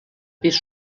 pis